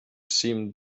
seemed